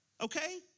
Okay